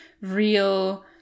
real